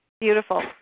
Beautiful